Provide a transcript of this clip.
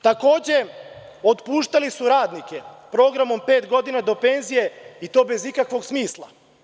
Takođe, otpuštali su radnike programom pet godina do penzije i to bez ikakvog smisla.